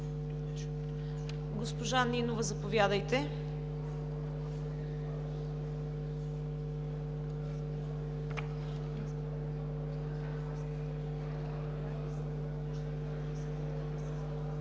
Госпожо Нинова, заповядайте.